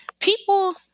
People